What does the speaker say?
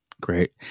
Great